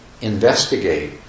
investigate